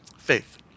faith